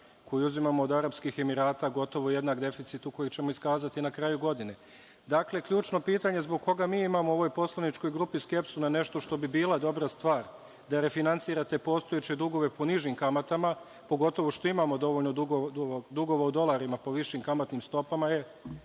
koji uzimamo od Arapskih Emirata gotovo jednak deficitu koji ćemo iskazati na kraju godine. Dakle, ključno pitanje zbog koga mi imamo u ovoj poslaničkoj grupi skepsu na nešto što bi bila dobra stvar, da refinansirate postojeće dugove po nižim kamatama, pogotovo što imamo dovoljno dugova u dolarima po višim kamatnim stopama, je